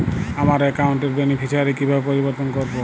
আমার অ্যাকাউন্ট র বেনিফিসিয়ারি কিভাবে পরিবর্তন করবো?